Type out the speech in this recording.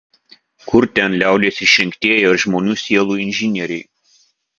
kur ten liaudies išrinktieji ar žmonių sielų inžinieriai